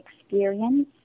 experience